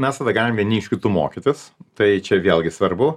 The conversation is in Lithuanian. mes tada galim vieni iš kitų mokytis tai čia vėlgi svarbu